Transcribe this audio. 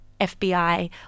FBI